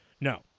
No